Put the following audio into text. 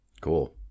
Cool